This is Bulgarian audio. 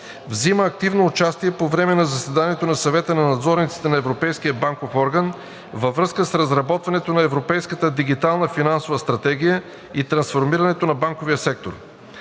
Взима активно участие по време на заседанията на Съвета на надзорниците на Европейския банков орган във връзка с разработването на Европейската дигитална финансова стратегия и трансформирането на банковия сектор.